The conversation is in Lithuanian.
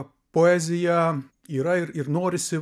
poezija yra ir norisi